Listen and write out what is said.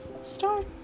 start